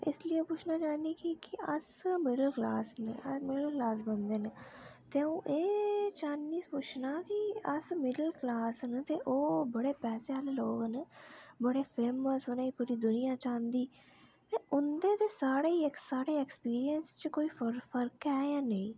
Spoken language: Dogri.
इस लेई पुच्छना चाहन्नी किं के अस मिडल क्लास न मतलब कि मिडल क्लास बंदे न ते अऊं एह् चाह्न्नी पुच्छना जे कि अस मिडल क्लास न ते ओह् बड़े पैसे आह्ले लोक न बड़े फेमस उनें गी पूरी दुनिया चाह्ंदी ते उंदे ते साढ़े साढ़े ऐक्सपिरियंस च कोई फर्क ऐ जां नेईं